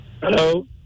Hello